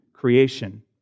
creation